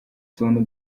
utuntu